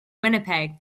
winnipeg